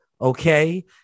Okay